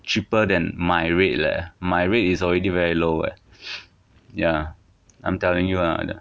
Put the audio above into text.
cheaper than my rate leh my rate is already very low leh ya I'm telling you are th~